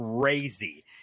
crazy